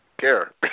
care